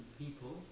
people